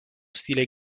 stile